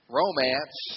romance